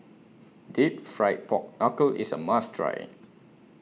Deep Fried Pork Knuckle IS A must Try